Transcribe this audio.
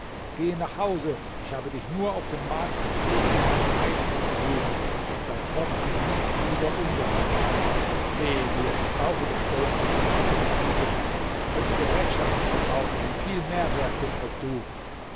gehe nach hause ich habe dich nur auf den markt geführt um meinem eid zu genügen und sei fortan nicht wieder ungehorsam wehe dir ich brauche das geld nicht das man mir für dich bietet ich könnte gerätschaften verkaufen die viel mehr wert sind als du